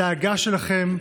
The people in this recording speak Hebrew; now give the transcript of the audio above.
הדאגה שלכם,